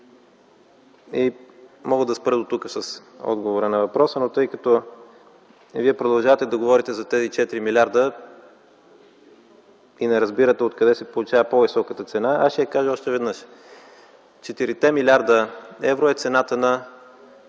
Мога да спра дотук с отговора на въпроса, но тъй като Вие продължавате да говорите за тези 4 милиарда и не разбирате откъде се получава по-високата цена, аз ще я кажа още веднъж. Четирите милиарда евро е базовата